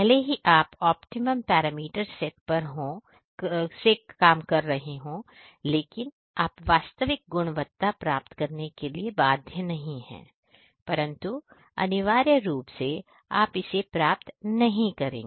भले ही आप ऑप्टिमम पैरामीटर्स सेट कर रहे हो लेकिन आप वास्तविक गुणवत्ता प्राप्त करने के लिए बाध्य नहीं है परंतु अनिवार्य रूप से आप इसे प्राप्त नहीं करेंगे